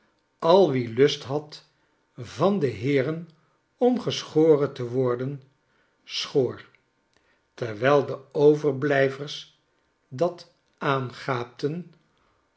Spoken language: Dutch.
al wie lust had van de heeren om geschoren te worden schoor terwijl de overblijvers dat aangaapten